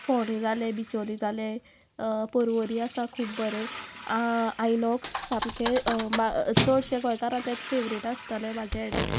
फोणे जाले बिचोली जाले पर्वरी आसा खूब बरें आयनॉक्स सामके चडशे गोंयकारान तेंचे फेवरेट आसतले म्हाजे हेडे